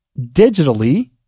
digitally